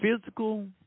physical